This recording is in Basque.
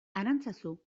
arantzazu